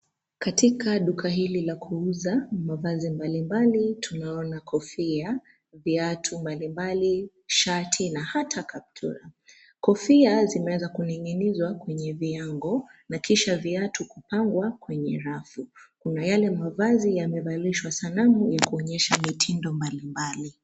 Katika duka hili la kuuza mavazi mbalimbali, tunaona kofia, viatu mbalimbali, shati, na hata kaptura. Kofia zimeweza kuning'inizwa kwenye viango, na kisha viatu kupangwa kwenye rafu. Kuna yale mavazi yamevalishwa sanamu, ya kuonyesha mitindo mbalimbali.